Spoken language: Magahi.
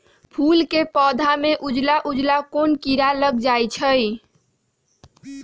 फूल के पौधा में उजला उजला कोन किरा लग जई छइ?